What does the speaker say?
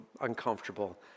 uncomfortable